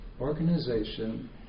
organization